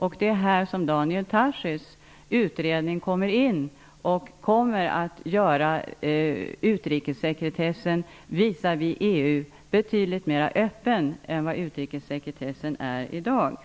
Och här kommer Daniel Tarschys utredning in i bilden. Den kommer att bidra till att utrikessekretessen visavi EU blir betydligt mer öppen än den är i dag.